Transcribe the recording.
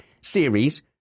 series